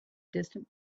distant